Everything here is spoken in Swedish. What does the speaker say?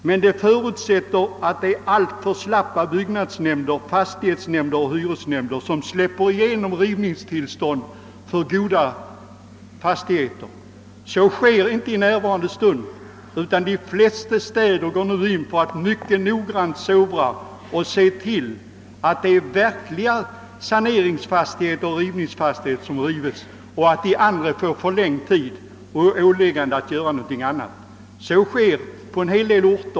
Men det förutsätter att byggnadsnämnderna, fastighetsnämnderna och hyresnämnderna är alltför slappa i bevakningen och ger rivningstillstånd för goda fastigheter. De flesta städer sovrar noggrant och ser till att det endast är verkliga saneringsfastigheter som rivs, medan ägarna av Övriga fastigheter åläggs att rusta upp dem.